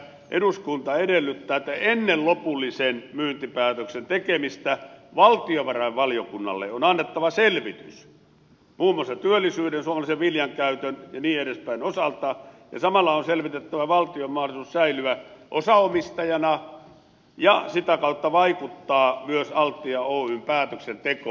tässä eduskunta nimenomaan edellyttää että ennen lopullisen myyntipäätöksen tekemistä valtiovarainvaliokunnalle on annettava selvitys muun muassa työllisyyden suomalaisen viljan käytön ja niin edespäin osalta ja samalla on selvitettävä valtion mahdollisuus säilyä osaomistajana ja sitä kautta vaikuttaa myös altia oyn päätöksentekoon